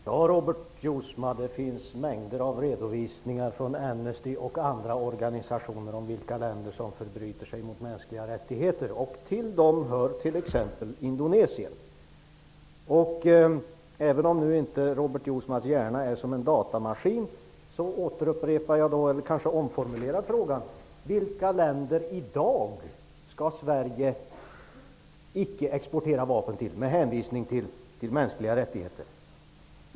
Herr talman! Det finns mängder av redovisningar från Amnesty och andra organisationer om vilka länder som förbryter sig mot mänskliga rättigheter. Till dem hör t.ex. Indonesien. Robert Jousma säger att hans hjärna inte är som en datamaskin. Jag återupprepar ändå min fråga, med en annan formulering: Vilka länder skall Sverige icke exportera vapen till i dag, med hänvisning till brott mot mänskliga rättigheter?